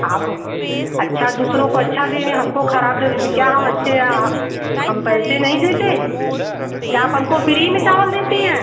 आप अच्छा दूसरों को अच्छा दे रहे हैं हमको खराब दे क्या हम अच्छे या हम पैसे नहीं देते क्या आप हमको फ्री में चावल देती हैं